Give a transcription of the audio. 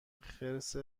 خرس